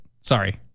Sorry